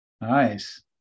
Nice